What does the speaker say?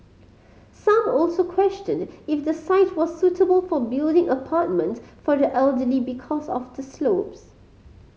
some also questioned if the site was suitable for building apartments for the elderly because of the slopes